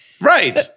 Right